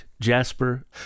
jasper